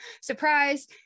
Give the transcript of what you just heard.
surprise